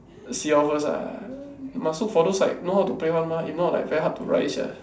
see how first ah must look for those like know how to play one mah if not like very hard to rise sia